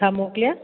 छा मोकिलिया